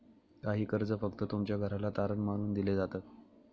काही कर्ज फक्त तुमच्या घराला तारण मानून दिले जातात